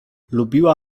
lubiła